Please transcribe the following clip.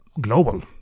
global